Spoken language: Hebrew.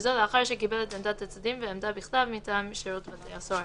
וזאת לאחר שקיבל את עמדת הצדדים ועמדה בכתב מטעם שירות בתי הסוהר,